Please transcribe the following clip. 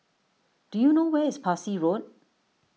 do you know where is Parsi Road